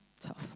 tough